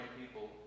people